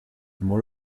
more